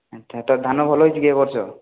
ଆଚ୍ଛା ତୋର ଧାନ ଭଲ ହେଇଛି କି ଏବର୍ଷ